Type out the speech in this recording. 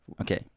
Okay